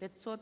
народний